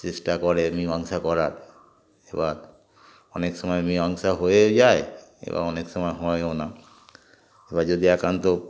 চেষ্টা করে মীমাংসা করার এবার অনেক সময় মীমাংসা হয়েও যায় এবার অনেক সময় হয়ও না এবার যদি একান্ত